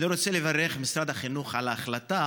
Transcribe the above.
אני רוצה לברך את משרד החינוך על ההחלטה